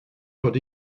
bod